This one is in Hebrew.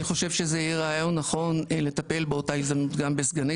אני חושב שזה יהיה רעיון נכון לטפל באותה הזדמנות גם בסגני